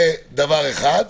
זה דבר אחד,